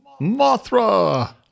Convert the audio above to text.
Mothra